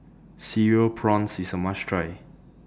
Cereal Prawns IS A must Try